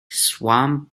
swam